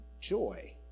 joy